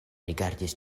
rigardis